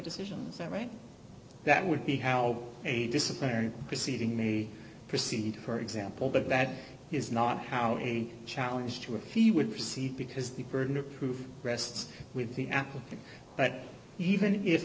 that right that would be how a disciplinary proceeding may proceed for example but that is not how a challenge to a fee would proceed because the burden of proof rests with the apple but even if